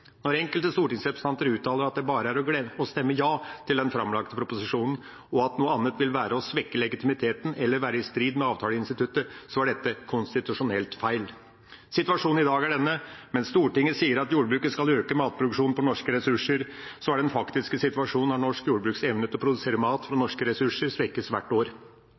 Når enkelte stortingsrepresentanter uttaler at det bare er å stemme ja til den framlagte proposisjonen, og at noe annet vil være å svekke legitimiteten eller være i strid med avtaleinstituttet, er dette konstitusjonelt feil. Situasjonen i dag er denne: Mens Stortinget sier at jordbruket skal øke matproduksjonen på norske ressurser, er den faktiske situasjonen at norsk jordbruks evne til å produsere mat med norske ressurser svekkes for hvert år.